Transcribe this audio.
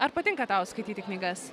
ar patinka tau skaityti knygas